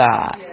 God